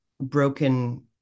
broken